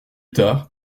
tard